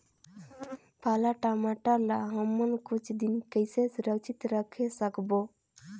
पाला टमाटर ला हमन कुछ दिन कइसे सुरक्षित रखे सकबो?